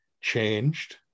changed